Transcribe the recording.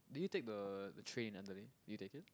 did you take the the train in Adelaide did you take it